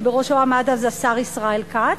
שבראשו עמד אז השר ישראל כץ.